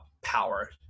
power